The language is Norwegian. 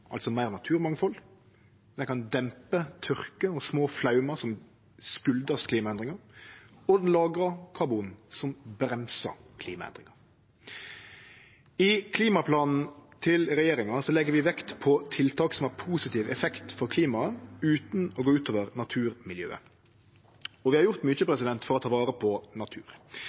altså meir naturmangfald – kan dempe tørke og små flaumar som kjem av klimaendringar, og lagrar karbon, som bremsar klimaendringar. I klimaplanen til regjeringa legg vi vekt på tiltak som har positiv effekt for klimaet utan å gå ut over naturmiljøet. Vi har gjort mykje for å ta vare på natur.